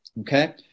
okay